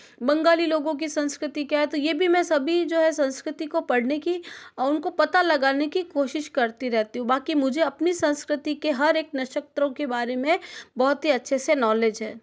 बंगाली लोगों की संस्कृति क्या है तो ये भी मैं सभी जो है संस्कृति को पढ़ने की और उनको पता लगाने की कोशिश करती रहती हूँ बाक़ी मुझे अपनी संस्कृति के हर एक नक्षत्रों के बारे में बहुत ही अच्छे से नॉलेज है